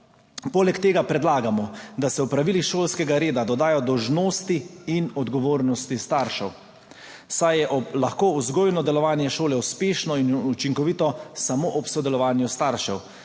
Poleg tega predlagamo, da se v pravilih šolskega reda dodajo dolžnosti in odgovornosti staršev, saj je lahko vzgojno delovanje šole uspešno in učinkovito samo ob sodelovanju staršev.